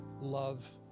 love